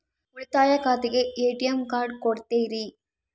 ಉಳಿತಾಯ ಖಾತೆಗೆ ATM card ಕೊಡ್ತೇರಿ?